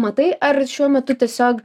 matai ar šiuo metu tiesiog